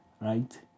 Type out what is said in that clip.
right